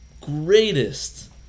greatest